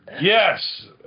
Yes